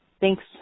Thanks